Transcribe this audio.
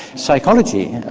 psychology,